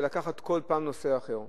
ולקחת כל פעם נושא אחר.